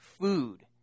food